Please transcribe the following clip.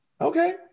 Okay